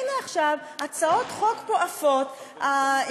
והנה עכשיו הצעות חוק עפות פה,